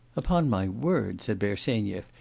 upon my word said bersenyev,